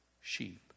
sheep